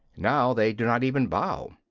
now they do not even bow.